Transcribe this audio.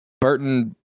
Burton